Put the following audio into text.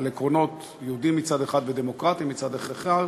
על עקרונות יהודיים מצד אחד ודמוקרטיים מצד אחר,